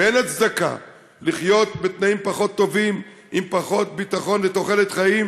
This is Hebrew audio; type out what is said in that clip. ואין הצדקה לחיות בתנאים פחות טובים עם פחות ביטחון ותוחלת חיים